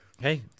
Hey